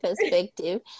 perspective